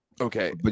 Okay